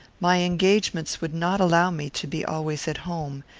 my engagements would not allow me to be always at home,